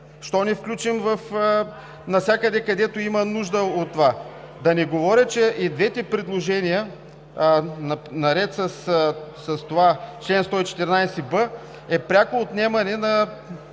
Защо не включим навсякъде, където има нужда от това? Да не говоря, че и двете предложения, наред с това чл. 114б, е пряко отнемане на